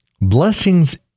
blessings